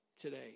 today